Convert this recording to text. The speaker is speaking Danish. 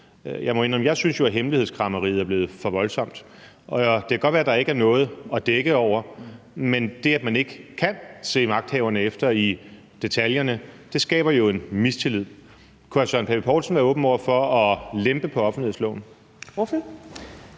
jo synes, at hemmelighedskræmmeriet er blevet for voldsomt. Det kan godt være, at der ikke er noget at dække over, men det, at man ikke kan se magthaverne efter i sømmene, skaber jo en mistillid. Kunne hr. Søren Pape Poulsen være åben over for at lempe på offentlighedsloven?